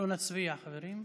אנחנו נצביע, חברים.